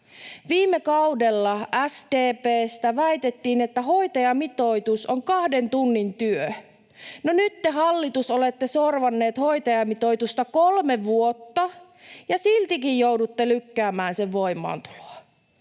Viime kaudella SDP:stä väitettiin, että hoitajamitoitus on kahden tunnin työ. No nyt te, hallitus, olette sorvanneet hoitajamitoitusta kolme vuotta, ja siltikin joudutte lykkäämään sen voimaantuloa.